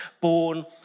born